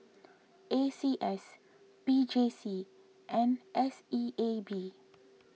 A C S P J C and S E A B